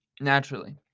naturally